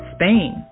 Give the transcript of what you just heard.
Spain